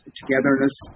togetherness